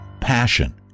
Passion